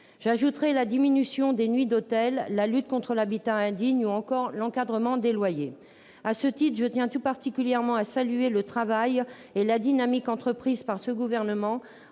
J'ajouterai la diminution des nuitées d'hôtel, la lutte contre l'habitat indigne ou encore l'encadrement des loyers. À ce titre, je tiens tout particulièrement à saluer le travail et la dynamique entreprise par le Gouvernement